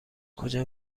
کجا